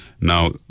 Now